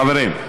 חברים,